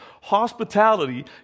hospitality